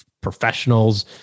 professionals